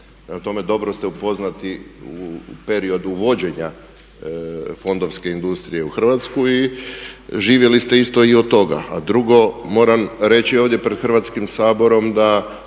dobro ste upoznati u periodu vođenja fondovske industriju u Hrvatsku i živjeli ste isto od toga. A drugo, moram reći ovdje pred Hrvatskim saborom da